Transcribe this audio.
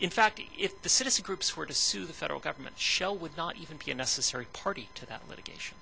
in fact if the citizen groups were to sue the federal government shell would not even be a necessary party to that litigation